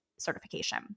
Certification